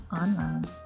online